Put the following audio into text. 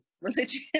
religion